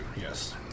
yes